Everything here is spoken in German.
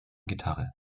gitarre